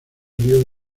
río